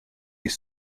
est